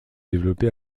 développé